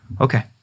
Okay